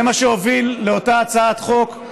זה מה שהוביל לאותה הצעת חוק,